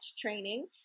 training